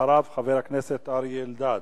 אחריו, חבר הכנסת אריה אלדד,